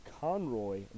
Conroy